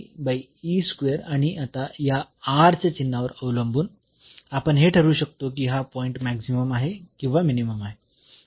तर आणि आता या च्या चिन्हावर अवलंबून आपण हे ठरवू शकतो की हा पॉईंट मॅक्सिमम आहे किंवा मिनिमम आहे